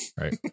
Right